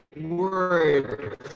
word